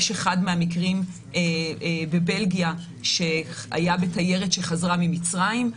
יש אחד מהמקרים בבלגיה שהיה בתיירת שחזרה ממצרים,